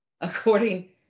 according